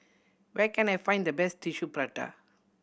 where can I find the best Tissue Prata